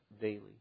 daily